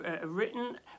written